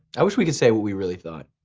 i wish we could say what we really thought.